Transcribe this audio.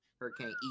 Hurricane